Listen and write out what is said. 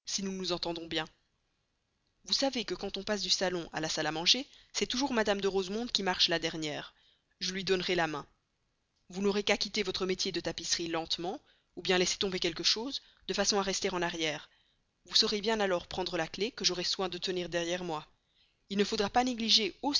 si nous nous entendons bien vous savez que quand on passe du salon à la salle à manger c'est toujours mme de rosemonde qui marche la dernière je lui donnerai la main vous n'aurez qu'à quitter votre métier de tapisserie lentement ou laisser tomber quelque chose de façon à rester en arrière vous saurez bien alors prendre la clef que j'aurai soin de tenir derrière moi il ne faudra pas négliger